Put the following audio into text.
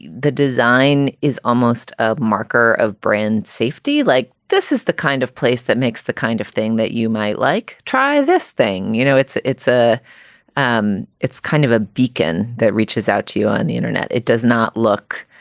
the design is almost a marker of brand safety. like this is the kind of place that makes the kind of thing that you might like. try this thing. you know, it's it's a um it's kind of a beacon that reaches out to you on the internet. it does not look